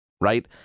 right